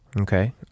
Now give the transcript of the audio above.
okay